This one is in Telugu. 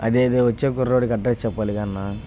అదేదే వచ్చే కుర్రాడికి అడ్రస్ చెప్పాలిగా అన్నా